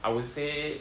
I would say